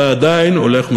אתה עדיין הולך,